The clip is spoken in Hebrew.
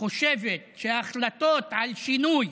חושבת שההחלטות על שינוי